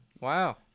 Wow